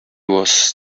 was